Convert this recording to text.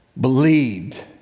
believed